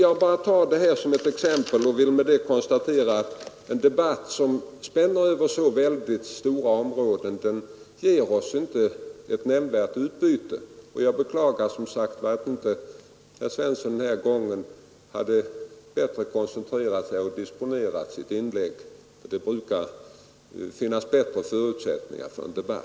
Jag konstaterar nu att en debatt som spänner över så väldigt stora områden som denna inte ger något nämnvärt utbyte, och jag beklagar som sagt att herr Svensson inte har koncentrerat sig bättre denna gång och inte disponerat sitt inlägg på ett bättre sätt.